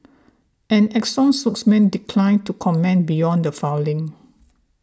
an Exxon spokesman declined to comment beyond the filing